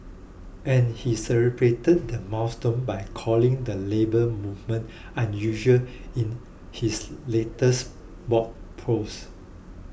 and he celebrated the milestone by calling the Labour Movement unusual in his latest blog post